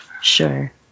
Sure